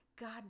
God